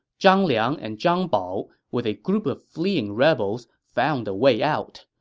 zhang liang and zhang bao, with a group of fleeing rebels, found a way out.